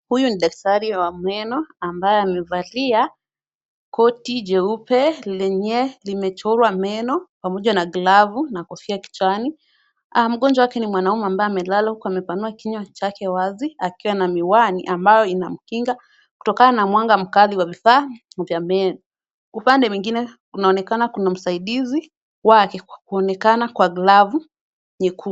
Huyu ni daktari wa meno ambaye amevalia koti jeupe lenye limechorwa meno pamoja na glavu na kofia kichwani. Mgonjwa wake ni mwanaume ambaye amelala huku amepanua kinywa chake wazi akiwa na miwani ambayo inamkinga kutokana na mwanga mkali wa vifaa vya meno. Upande mwingine kunaonekana kuna msaidizi wake kwa kuonekana kwa glavu nyekundu.